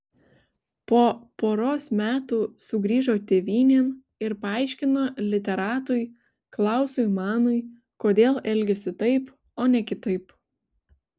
po poros metų sugrįžo tėvynėn ir paaiškino literatui klausui manui kodėl elgėsi taip o ne kitaip